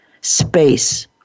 space